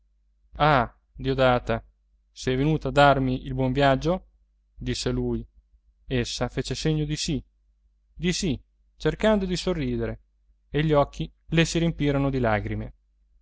capo ah diodata sei venuta a darmi il buon viaggio disse lui essa fece segno di sì di sì cercando di sorridere e gli occhi le si riempirono di lagrime